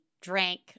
drank